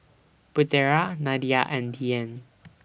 Putera Nadia and Dian